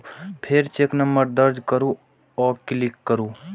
फेर cheque number दर्ज करू आ क्लिक करू